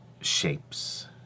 shapes